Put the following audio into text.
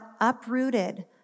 uprooted